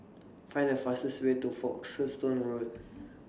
Find The fastest Way to Folkestone Road